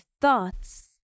thoughts